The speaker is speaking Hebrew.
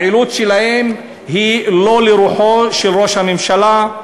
הפעילות שלהם היא לא לרוחו של ראש הממשלה,